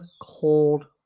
cold